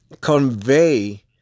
convey